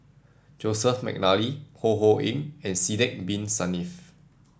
Joseph McNally Ho Ho Ying and Sidek Bin Saniff